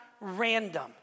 random